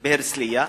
בהרצלייה.